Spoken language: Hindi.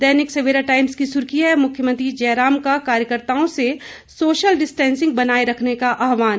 दैनिक सवेरा टाइम्स की सुर्खी है मुख्यमंत्री जयराम का कार्यकर्त्ताओं से सोशल डिस्टेंसिंग बनाए रखने का आहवान